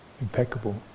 impeccable